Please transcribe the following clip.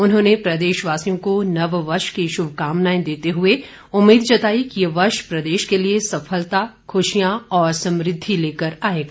उन्होंने प्रदेश वासियों को नववर्ष की शुभकामनाए देते हुए उम्मीद जताई कि ये वर्ष प्रदेश के लिए सफलता खुशियां और समृद्धि ले के आएगा